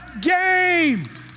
game